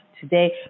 today